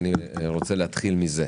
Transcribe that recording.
אני רוצה להתחיל בזה.